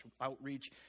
outreach